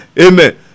Amen